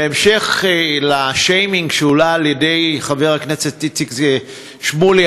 בהמשך לעניין השיימינג שהועלה על-ידי חבר הכנסת איציק שמולי,